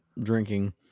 drinking